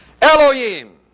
Elohim